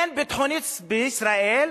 אין ביטחוניסט בישראל,